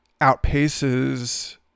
outpaces